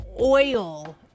oil